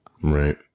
Right